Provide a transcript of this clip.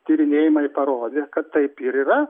tyrinėjimai parodė kad taip ir yra